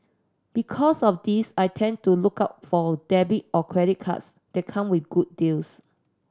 because of this I tend to look out for debit or credit cards that come with good deals